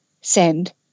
send